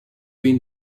been